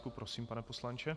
Prosím, pane poslanče.